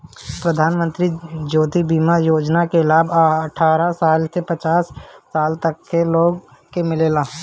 प्रधानमंत्री जीवन ज्योति बीमा योजना के लाभ अठारह साल से पचास साल तक के लोग के मिलेला